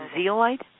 zeolite